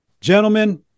Gentlemen